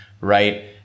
Right